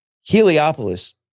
Heliopolis